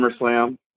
SummerSlam